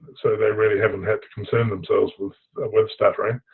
so they really haven't had to concern themselves with with stuttering.